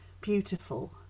beautiful